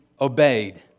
obeyed